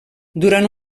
durant